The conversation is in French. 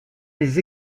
les